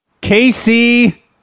Casey